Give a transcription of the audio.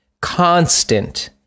constant